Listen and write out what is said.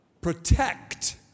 protect